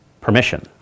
permission